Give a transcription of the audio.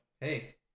hey